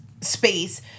space